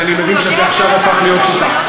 אז אני מבין שזה הפך עכשיו להיות שיטה.